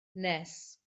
nes